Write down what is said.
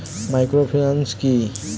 Microfinance কি?